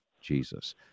Jesus